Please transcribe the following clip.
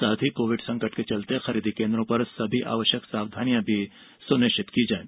साथ ही कोविड संकट के चलते खरीदी केन्द्रों पर सभी आवश्यक सावधानियां सुनिश्चित की जाएं